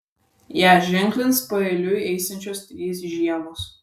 ją ženklins paeiliui eisiančios trys žiemos